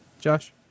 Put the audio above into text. Josh